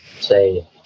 say